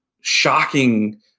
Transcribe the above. shocking